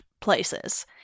places